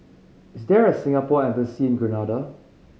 is there a Singapore Embassy in Grenada